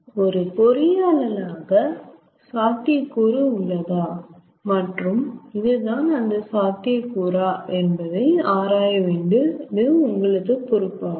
ஒரு பொறியாளராக சாத்தியக்கூறு உள்ளதா மற்றும் இது தான் அந்த சாத்தியக்கூறா என்பதை ஆராயவேண்டியது உங்களது பொறுப்பாகும்